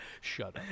Shut